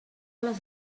les